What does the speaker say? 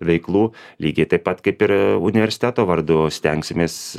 veiklų lygiai taip pat kaip ir universiteto vardu stengsimės